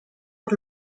por